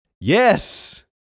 Yes